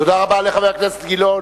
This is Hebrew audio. תודה רבה לחבר הכנסת גילאון.